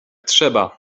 trzeba